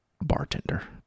bartender